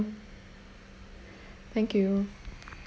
thank you